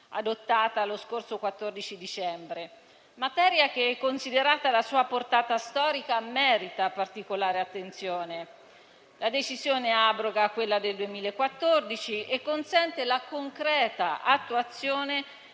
la decisione abroga quella del 2014 e consente la concreta attuazione